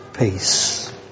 peace